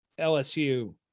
lsu